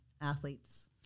athletes